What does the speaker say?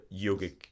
yogic